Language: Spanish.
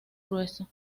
grueso